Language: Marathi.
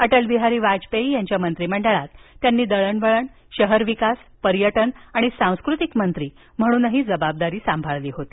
अटलबिहारी वाजपेयी यांच्या मंत्रिमंडळात त्यांनी दळणवळण शहर विकास पर्यटन आणि सांस्कृतिक मंत्री म्हणून जबाबदारी सांभाळली होती